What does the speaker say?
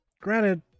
granted